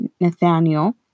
Nathaniel